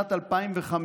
בשנת 2005,